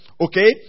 Okay